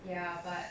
ya but